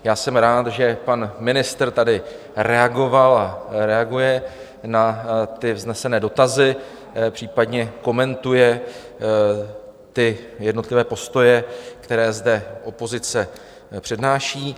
Já jsem rád, že pan ministr tady reagoval a reaguje na vznesené dotazy, případně komentuje ty jednotlivé postoje, které zde opozice přednáší.